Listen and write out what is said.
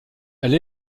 elle